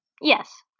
Yes